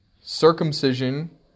circumcision